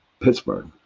Pittsburgh